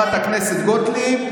חברת הכנסת גוטליב,